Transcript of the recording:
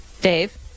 dave